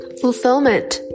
Fulfillment